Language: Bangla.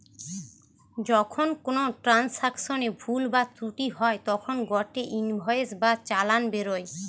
যখন কোনো ট্রান্সাকশনে ভুল বা ত্রুটি হই তখন গটে ইনভয়েস বা চালান বেরোয়